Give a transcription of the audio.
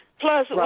Plus